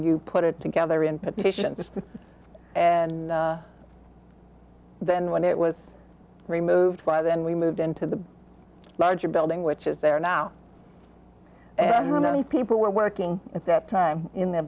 you put it together in petitions and then when it was removed by then we moved into the larger building which is there now and many people were working at that time in th